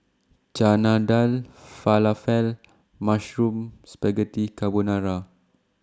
Chana Dal Falafel Mushroom Spaghetti Carbonara